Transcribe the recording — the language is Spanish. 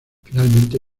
finalmente